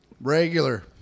Regular